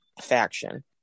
faction